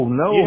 no